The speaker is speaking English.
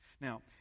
Now